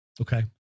Okay